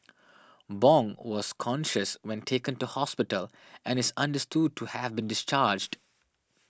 Bong was conscious when taken to hospital and is understood to have been discharged